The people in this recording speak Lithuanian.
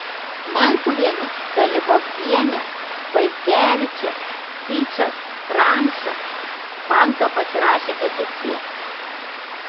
mankuvienė dalibogienė vaitkevičė yčas ramša panka pasirašė peticiją